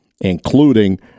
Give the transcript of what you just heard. including